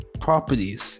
properties